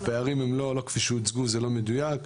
הפערים אינם כפי שהוצגו, זה לא מדויק.